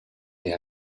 est